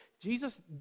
Jesus